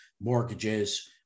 mortgages